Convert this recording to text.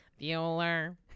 Bueller